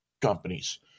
companies